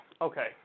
Okay